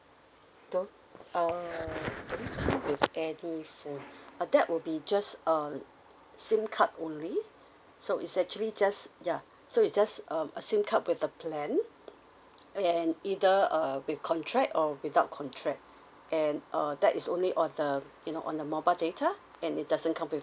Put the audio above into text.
don't err don't come with any phone uh that will be just uh sim card only so it's actually just ya so is just um a sim card with a plan and either uh with contract or without contract and uh that is only on the you know on the mobile data and it doesn't come with